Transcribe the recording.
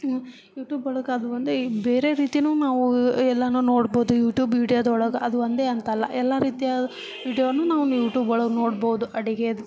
YouTube ಒಳಗೆ ಅದು ಒಂದು ಈ ಬೇರೆ ರೀತಿಯೂ ನಾವು ಎಲ್ಲವೂ ನೋಡ್ಬೋದು ಯೂಟೂಬ್ ವೀಡ್ಯೊದೊಳಗೆ ಅದು ಒಂದೇ ಅಂತಲ್ಲ ಎಲ್ಲ ರೀತಿಯ ವೀಡ್ಯೋನು ನಾವು ಯೂಟೂಬ್ ಒಳಗೆ ನೋಡ್ಬೋದು ಅಡುಗೇದು